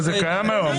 זה קיים היום.